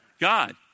God